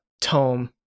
tome